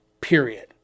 period